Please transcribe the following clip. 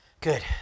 good